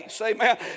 Amen